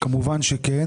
כמובן שכן.